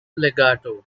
legato